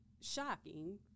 shocking